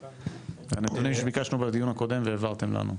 הנתונים שביקשנו בדיון הקודם והעברתם לנו.